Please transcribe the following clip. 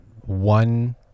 one